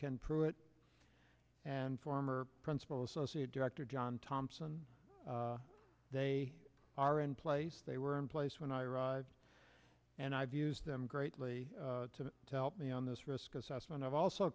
can prove it and former principal associate director john thompson they are in place they were in place when i arrived and i've used them greatly to tell me on this risk assessment i've also